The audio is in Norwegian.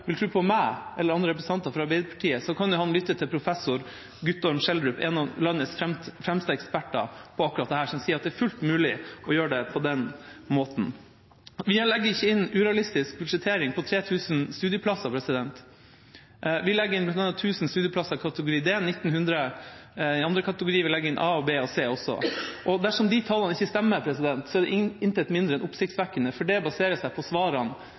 vil tro på meg eller andre representanter fra Arbeiderpartiet, kan han lytte til professor Guttorm Schjelderup, en av landets fremste eksperter på akkurat dette, som sier at det er fullt mulig å gjøre det på den måten. Vi legger ikke inn en urealistisk budsjettering på 3 000 studieplasser. Vi legger inn 1 000 studieplasser i kategori D, 1 900 i andre kategorier, vi legger også inn i A, B og C. Dersom de tallene ikke stemmer, er det intet mindre enn oppsiktsvekkende, for de baserer seg på svarene